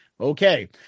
okay